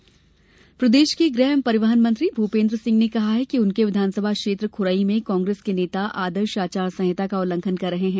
भूपेन्द्र आरोप प्रदेश के गृह एवं परिवहन मंत्री भूपेन्द्र सिंह ने कहा है कि उनके विधानसभा क्षेत्र खुरई में कांग्रेस के नेता आदर्श आचार संहिता का उल्लंघन कर रहे हैं